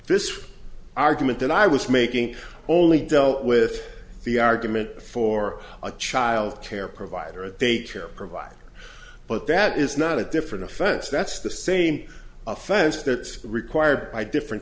this argument that i was making only dealt with the argument for a child care provider a daycare provider but that is not a different offense that's the same offense that's required by different